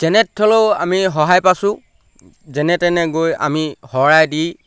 যেনে হ'লেও আমি সহায় পছোঁ যেনে তেনে গৈ আমি শৰাই দি